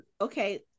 okay